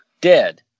Dead